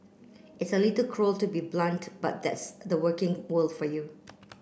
it's a little cruel to be blunt but that's the working world for you